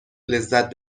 لذت